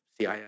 CIS